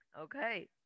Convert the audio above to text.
Okay